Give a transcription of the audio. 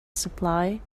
supply